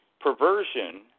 perversion